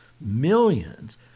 millions